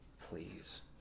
Please